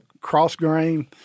cross-grain